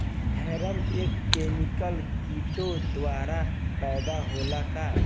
Pheromone एक chemical किटो द्वारा पैदा होला का?